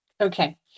Okay